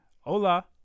Hola